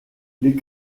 les